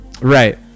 right